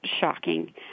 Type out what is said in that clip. shocking